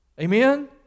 Amen